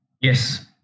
Yes